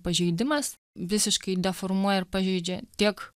pažeidimas visiškai deformuoja ir pažeidžia tiek